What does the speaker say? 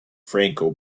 franco